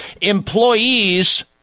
employees